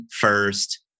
first